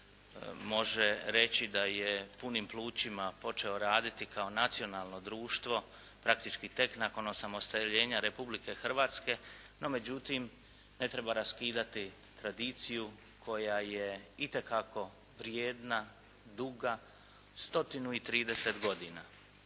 može reći da je punim plućima počeo raditi kao nacionalno društvo praktički tek nakon osamostaljenja Republike Hrvatske, no međutim ne treba raskidati tradiciju koja je itekako vrijedna, duga 130 godina.